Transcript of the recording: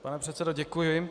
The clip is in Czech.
Pane předsedo, děkuji.